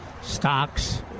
stocks